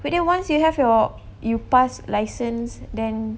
but then once you have your you pass license then